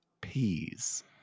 Peas